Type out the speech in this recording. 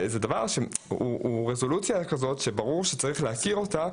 הדבר הזה הוא רזולוציה שצריך להכיר אותה,